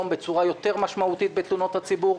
בצורה משמעותית יותר בתלונות הציבור,